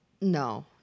No